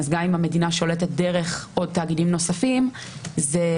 אז גם אם המדינה שולטת דרך עוד תאגידים נוספים הפרשנות